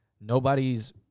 nobody's